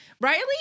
Riley